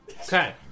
Okay